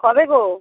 কবে গো